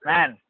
Man